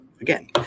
Again